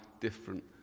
different